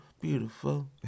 beautiful